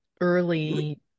early